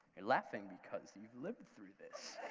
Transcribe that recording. you're laughing because you've lived through this.